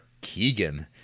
Keegan